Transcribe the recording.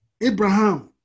Abraham